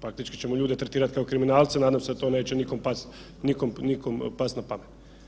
faktički ćemo ljude tretirat kao kriminalce, nadam se da to neće nikom past, nikom past na pamet.